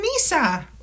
Misa